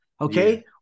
okay